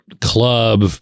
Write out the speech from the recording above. club